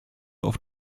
oft